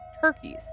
turkeys